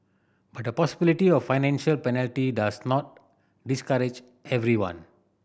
but the possibility of financial penalty does not discourage everyone